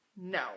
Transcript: No